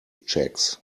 checks